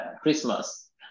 Christmas